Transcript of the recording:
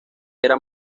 era